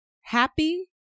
happy